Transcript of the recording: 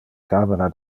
camera